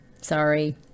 Sorry